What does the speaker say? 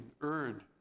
earn